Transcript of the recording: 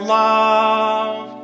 love